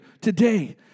today